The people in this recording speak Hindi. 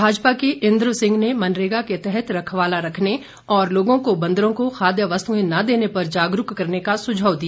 भाजपा के इंद्र सिंह ने मनरेगा के तहत रखवाला रखने और लोगों को बंदरों को खाद्य वस्तुएं न देने पर जागरूक करने का सुझाव दिया